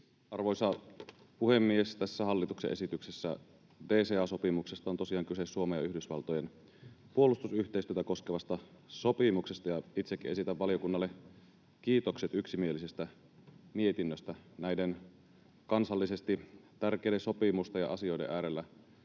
Arvoisa puhemies! Tässä hallituksen esityksessä DCA-sopimuksesta on tosiaan kyse Suomen ja Yhdysvaltojen puolustusyhteistyötä koskevasta sopimuksesta. Itsekin esitän valiokunnalle kiitokset yksimielisestä mietinnöstä. Näiden kansallisesti tärkeiden sopimusten ja asioiden äärellä